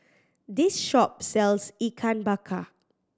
this shop sells Ikan Bakar